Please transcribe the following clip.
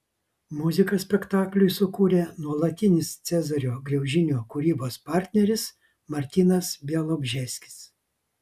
muziką spektakliui sukūrė nuolatinis cezario graužinio kūrybos partneris martynas bialobžeskis